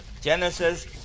Genesis